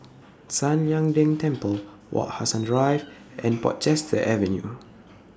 San Lian Deng Temple Wak Hassan Drive and Portchester Avenue